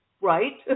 right